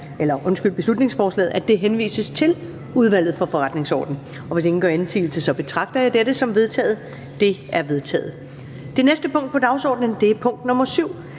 foreslår, at beslutningsforslaget henvises til Udvalget for Forretningsordenen. Hvis ingen gør indsigelse, betragter jeg dette som vedtaget. Det er vedtaget. --- Det næste punkt på dagsordenen er: 7) 1.